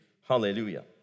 Hallelujah